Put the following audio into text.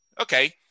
okay